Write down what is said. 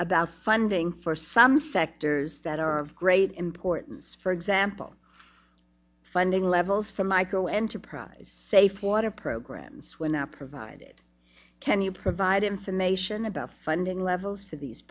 about funding for some sectors that are of great importance for example funding levels for micro enterprise safe water programs when are provided can you provide information about funding levels for these